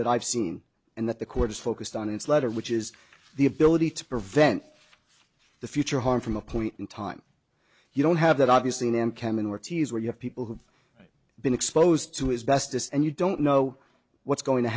that i've seen and that the court is focused on its letter which is the ability to prevent the future harm from a point in time you don't have that obviously nam khem in ortiz where you have people who've been exposed to his best this and you don't know what's going to